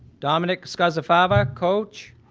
dominic scozzafava, coach.